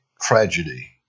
tragedy